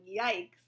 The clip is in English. yikes